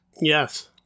Yes